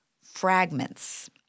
fragments